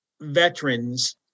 veterans